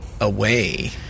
away